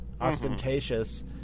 ostentatious